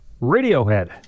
Radiohead